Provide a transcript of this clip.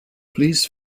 please